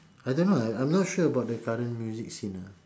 I don't know I'm not sure about the current music scene ah